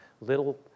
little